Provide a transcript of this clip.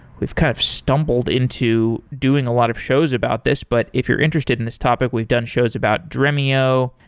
we've kind of stumbled into doing a lot of shows about this, but if you're interested in this topic, we've done shows about dremio,